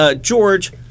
George